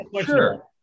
Sure